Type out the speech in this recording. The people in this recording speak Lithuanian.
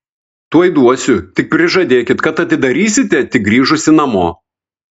tuoj duosiu tik prižadėkit kad atidarysite tik grįžusi namo